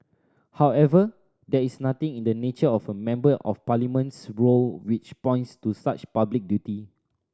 however there is nothing in the nature of a Member of Parliament's role which points to such public duty